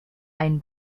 einen